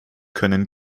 können